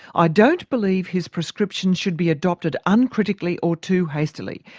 ah don't believe his prescription should be adopted uncritically or too hastily,